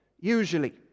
usually